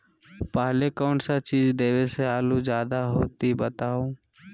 पहले कौन सा चीज देबे से आलू ज्यादा होती बताऊं?